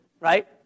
right